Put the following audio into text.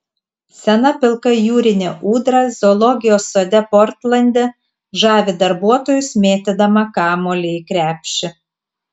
sena pilka jūrinė ūdra zoologijos sode portlande žavi darbuotojus mėtydama kamuolį į krepšį